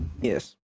Yes